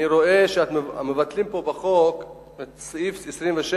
אני רואה שמבטלים פה בחוק את סעיף 27,